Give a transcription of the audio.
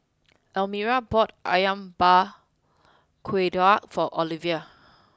Almira bought Ayam Buah Keluak for Ovila